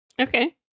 okay